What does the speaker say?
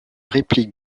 réplique